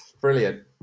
Brilliant